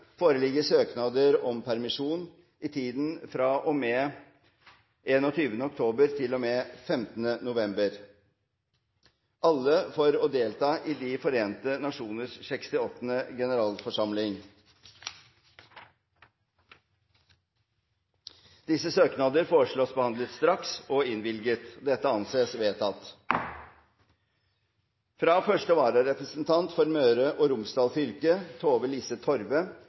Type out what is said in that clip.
foreligger søknad om permisjon i tiden fra og med 21. oktober til og med 15. november – alle for å delta i De forente nasjoners 68. ordinære generalforsamling, andre del, i New York. Disse søknader foreslås behandlet straks og innvilget. – Det anses vedtatt. Fra første vararepresentant for Møre og Romsdal fylke,